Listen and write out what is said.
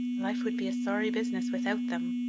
life would be a sorry business without them.